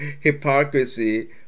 hypocrisy